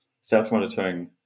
self-monitoring